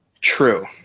True